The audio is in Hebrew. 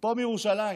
פה בירושלים